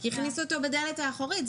כי הכניס אותו בדלת האחורית.